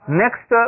next